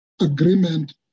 agreement